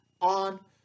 on